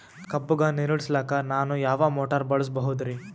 ಕಬ್ಬುಗ ನೀರುಣಿಸಲಕ ನಾನು ಯಾವ ಮೋಟಾರ್ ಬಳಸಬಹುದರಿ?